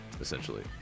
essentially